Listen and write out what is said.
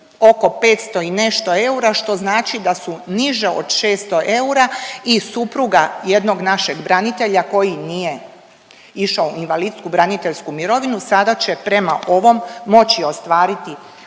oko 500 i nešto eura, što znači da su niže od 600 eura i supruga jednog našeg branitelja koji nije išao u invalidsku braniteljsku mirovinu sada će prema ovom moći ostvariti